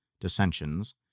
dissensions